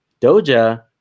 Doja